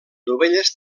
dovelles